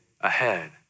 ahead